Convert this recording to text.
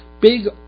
big